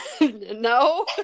No